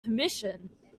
permission